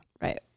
Right